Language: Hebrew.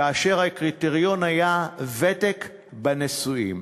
הקריטריון של ותק בנישואין?